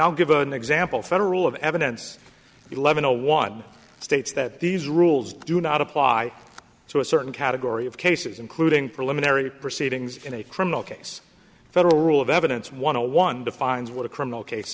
i'll give an example federal of evidence eleven zero one states that these rules do not apply so a certain category of cases including preliminary proceedings in a criminal case federal rule of evidence want to one defines what a criminal case